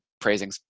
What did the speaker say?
praising